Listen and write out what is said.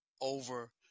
over